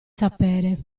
sapere